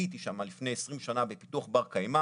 אני הייתי שם לפני 20 שנה בפיתוח בא קיימא.